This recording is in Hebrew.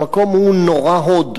והמקום הוא נורא הוד,